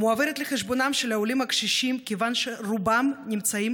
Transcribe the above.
מועברת לחשבונם של העולים הקשישים כיוון שרובם נמצאים